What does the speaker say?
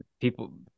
people